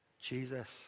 Jesus